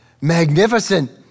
magnificent